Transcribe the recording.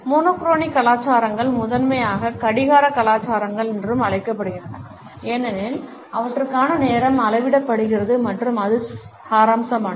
mono crony கலாச்சாரங்கள் முதன்மையாக கடிகார கலாச்சாரங்கள் என்றும் அழைக்கப்படுகின்றன ஏனெனில் அவற்றுக்கான நேரம் அளவிடப்படுகிறது மற்றும் அது சாராம்சமானது